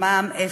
מע"מ אפס.